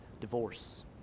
Divorce